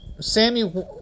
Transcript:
Sammy